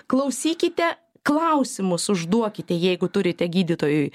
klausykite klausimus užduokite jeigu turite gydytojui